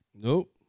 Nope